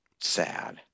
Sad